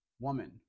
Woman